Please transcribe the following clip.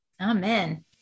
Amen